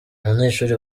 abanyeshuli